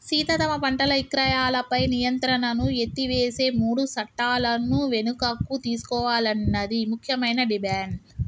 సీత తమ పంటల ఇక్రయాలపై నియంత్రణను ఎత్తివేసే మూడు సట్టాలను వెనుకకు తీసుకోవాలన్నది ముఖ్యమైన డిమాండ్